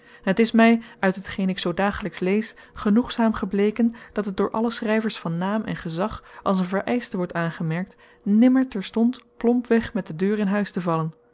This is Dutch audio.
het is mij uit hetgeen ik zoo dagelijks lees genoegzaam gebleken dat het door alle schrijvers van naam en gezag als een vereischte wordt aangemerkt nimmer terstond plomp weg met de deur in huis te vallen